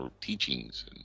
teachings